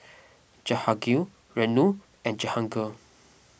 Jahangir Renu and Jehangirr